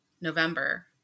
November